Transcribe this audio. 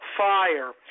fire